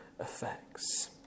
effects